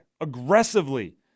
aggressively